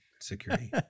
security